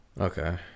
Okay